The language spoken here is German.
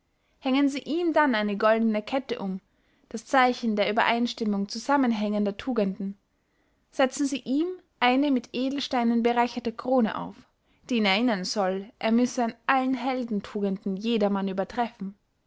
hängen sie ihm dann eine goldene kette um das zeichen der übereinstimmung zusammenhängender tugenden setzen sie ihm eine mit edelsteinen bereicherte kron auf die ihn erinnern soll er müsse an allen heldentugenden jedermann übertreffen